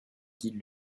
guident